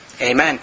Amen